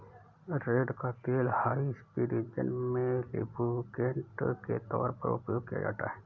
रेड़ का तेल high speed engine में लुब्रिकेंट के तौर पर उपयोग किया जाता है